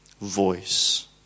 voice